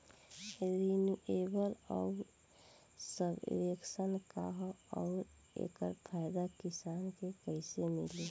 Renewable आउर subvention का ह आउर एकर फायदा किसान के कइसे मिली?